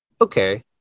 okay